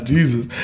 Jesus